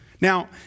Now